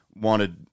wanted